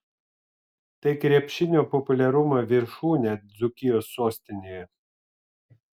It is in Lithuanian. tai krepšinio populiarumo viršūnė dzūkijos sostinėje